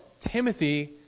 Timothy